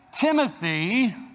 Timothy